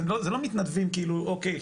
זה לא מתנדבים כאילו אוקיי,